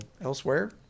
elsewhere